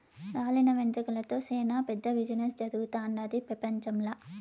రాలిన వెంట్రుకలతో సేనా పెద్ద బిజినెస్ జరుగుతుండాది పెపంచంల